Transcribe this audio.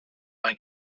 vingt